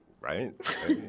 right